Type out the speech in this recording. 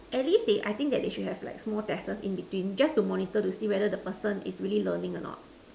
at least they I think that they should have like small tests in between just to monitor to see like whether he person is really learning or not